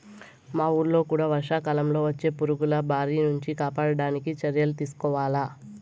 మా వూళ్ళో కూడా వర్షాకాలంలో వచ్చే పురుగుల బారి నుంచి కాపాడడానికి చర్యలు తీసుకోవాల